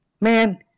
man